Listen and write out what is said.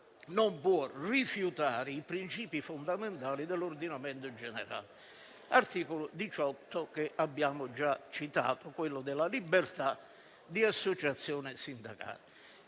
non può rifiutare i princìpi fondamentali dell'ordinamento generale: l'articolo 18, che abbiamo già citato, quello della libertà di associazione sindacale.